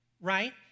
right